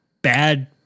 Bad